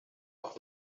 auch